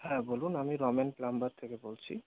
হ্যাঁ বলুন আমি রমেন প্লাম্বার থেকে বলছি